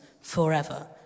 forever